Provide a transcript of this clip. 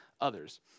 others